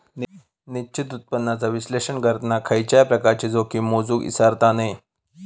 निश्चित उत्पन्नाचा विश्लेषण करताना खयच्याय प्रकारची जोखीम मोजुक इसरता नये